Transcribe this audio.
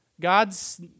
God's